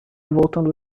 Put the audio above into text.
voltando